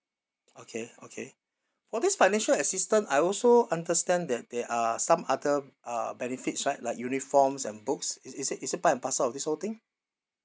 okay okay for this financial assistance I also understand that there are some other uh benefits right like uniforms and books i~ is it is it a part of parcel of this whole thing